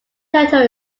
turtle